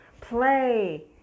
Play